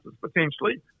potentially